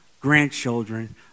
grandchildren